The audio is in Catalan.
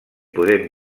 podem